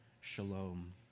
shalom